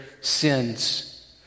sins